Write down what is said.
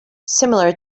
similar